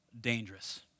dangerous